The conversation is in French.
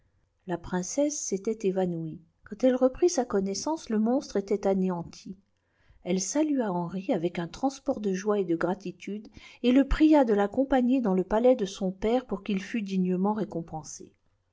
a princesse s'était évanouie quand elle reprit sa connaissance le monstre était anéanti elle salua henri avec un transport de joie et de gratitude et le pria de l'accompagner dans le palais de son père pour quil fût dignement récompensé